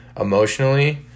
emotionally